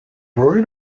brewery